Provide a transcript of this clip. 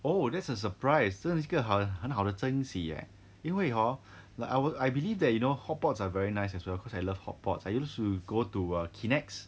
oh that's a surprise 真的是个好很好的珍惜 leh 因为 hor like I will I believe that you know hotpots are very nice as well because I love hotpots I used to go to err kinex